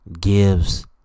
gives